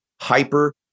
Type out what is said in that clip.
hyper